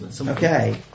Okay